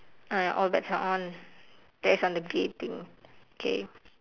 ah all bets are on that's on the grey thing okay